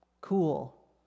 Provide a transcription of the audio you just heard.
Cool